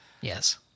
Yes